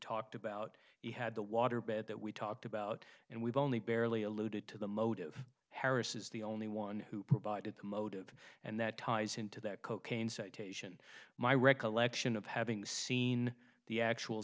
talked about he had the waterbed that we talked about and we've only barely alluded to the motive harris is the only one who provided the motive and that ties into that cocaine citation my recollection of having seen the actual